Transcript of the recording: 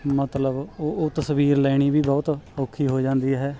ਮਤਲਬ ਉਹ ਤਸਵੀਰ ਲੈਣੀ ਵੀ ਬਹੁਤ ਔਖੀ ਹੋ ਜਾਂਦੀ ਹੈ